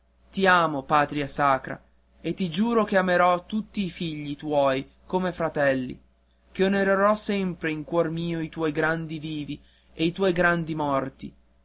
eterna t'amo patria sacra e ti giuro che amerò tutti i figli tuoi come fratelli che onorerò sempre in cuor mio i tuoi grandi vivi e i tuoi grandi morti